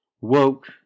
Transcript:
Woke